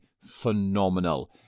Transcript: phenomenal